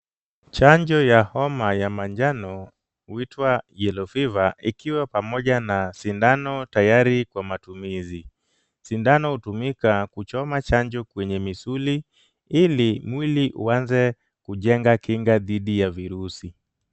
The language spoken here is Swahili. Chanjo ya homa ya manjano huitwa yellow fever , ikiwa pamoja na sindano tayari kwa matumizi. Sindano hutumika kuchoma chanjo kwenye misuli ili mwili uanze kujenga kinga dhidi ya virusi.